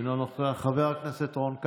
תפילה בירושלים, אתה לא יודע מה זה כותל.